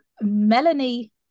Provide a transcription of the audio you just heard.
Melanie